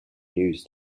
news